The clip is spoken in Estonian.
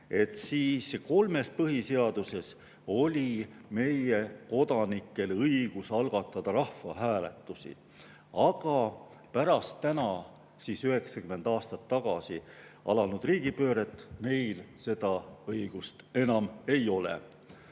siis kolmes põhiseaduses – oli meie kodanikele antud õigus algatada rahvahääletusi, aga pärast täna 90 aastat tagasi alanud riigipööret neil seda õigust enam ei ole.